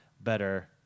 better